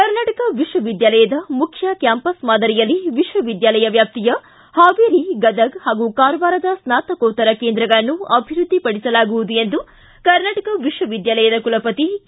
ಕರ್ನಾಟಕ ವಿಶ್ವವಿದ್ಯಾಲಯದ ಮುಖ್ಯ ಕ್ಯಾಂಪಸ್ ಮಾದರಿಯಲ್ಲಿ ವಿಶ್ವವಿದ್ಯಾಲಯ ವ್ಯಾಪ್ತಿಯ ಹಾವೇರಿ ಗದಗ ಹಾಗೂ ಕಾರವಾರದ ಸ್ನಾತಕೋತ್ತರ ಕೇಂದ್ರಗಳನ್ನು ಅಭಿವೃದ್ಧಿ ಪಡಿಸಲಾಗುವುದು ಎಂದು ಕರ್ನಾಟಕ ವಿಶ್ವವಿದ್ಯಾಲಯದ ಕುಲಪತಿ ಕೆ